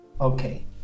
Okay